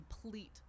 complete